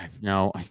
no